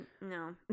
no